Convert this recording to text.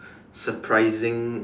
surprising